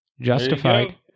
Justified